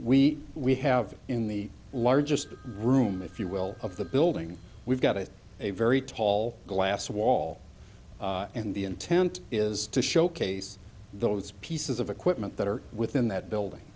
we we have in the largest room if you will of the building we've got it's a very tall glass wall in the intent is to showcase those pieces of equipment that are within that